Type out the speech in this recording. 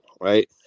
right